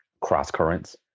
cross-currents